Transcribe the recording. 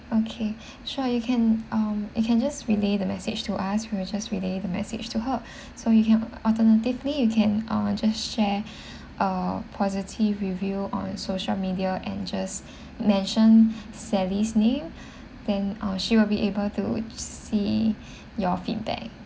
okay sure you can um you can just relay the message to us we will just relay the message to her so you can alternatively you can uh just share uh positive review on social media and just mention sally's name then uh she will be able to see your feedback